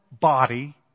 body